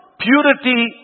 Purity